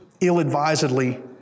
ill-advisedly